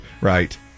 right